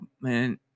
man